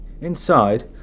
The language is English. Inside